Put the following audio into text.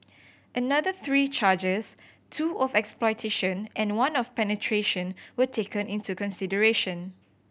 another three charges two of exploitation and one of penetration were taken into consideration